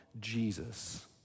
Jesus